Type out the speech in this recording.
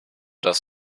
dass